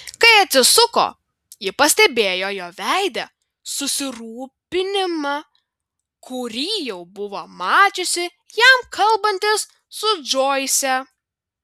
kai atsisuko ji pastebėjo jo veide susirūpinimą kurį jau buvo mačiusi jam kalbantis su džoise